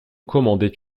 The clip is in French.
commandait